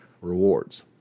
rewards